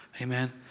Amen